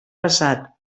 pesat